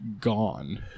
gone